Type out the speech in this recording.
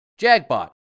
Jagbot